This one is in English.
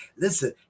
Listen